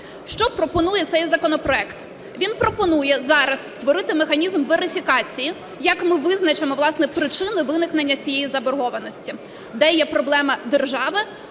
Що пропонує цей законопроект? Він пропонує зараз створити механізм верифікації, як ми визначимо, власне, причини виникнення цієї заборгованості: де є проблема держави,